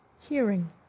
Hearing